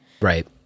Right